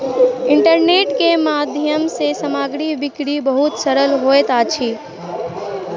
internet के माध्यम सँ सामग्री बिक्री बहुत सरल होइत अछि